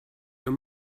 your